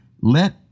let